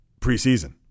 preseason